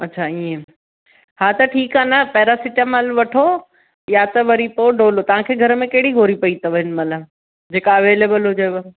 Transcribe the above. अच्छा हीअं हा त ठीकु आहे न पैरासिटामल वठो या त वरी पोइ डोलो तव्हांखे घर में कहिड़ी गोरियूं पई अथव हिनमहिल जेका अवेलेबल हुजेव